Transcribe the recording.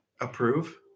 Approve